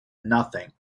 nothing